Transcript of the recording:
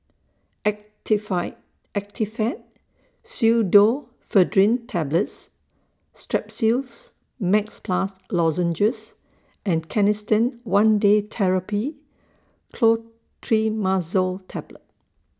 Actifed Pseudoephedrine Tablets Strepsils Max Plus Lozenges and Canesten one Day Therapy Clotrimazole Tablet